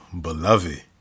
beloved